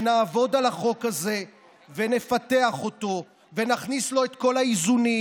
שנעבוד על החוק הזה ונפתח אותו ונכניס בו את כל האיזונים,